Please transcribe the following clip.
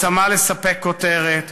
בצמא לספק כותרת,